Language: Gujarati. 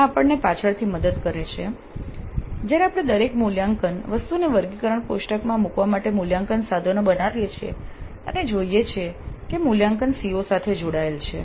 આ આપણને પાછળથી મદદ કરે છે જ્યારે આપણે દરેક મૂલ્યાંકન વસ્તુને વર્ગીકરણ કોષ્ટકમાં મૂકવા માટે મૂલ્યાંકન સાધનો બનાવીએ છીએ અને જોઈએ છીએ કે મૂલ્યાંકન COs સાથે જોડાયેલ છે